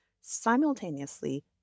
simultaneously